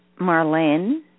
Marlene